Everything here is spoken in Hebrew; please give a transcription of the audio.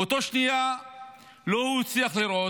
באותה שנייה הוא לא הצליח לראות,